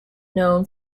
known